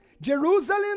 Jerusalem